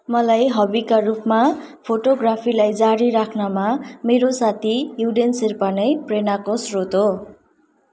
मलाई हबिका रूपमा फोटोग्राफीलाई जारी राख्नमा मेरो साथी युडेन शेर्पा नै प्रेरणाको स्रोत हो